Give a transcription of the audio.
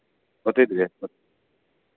ᱚᱛᱷᱤᱫ ᱜᱮ